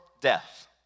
death